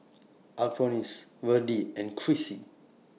Alphonse Virdie and Chrissy